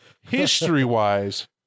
History-wise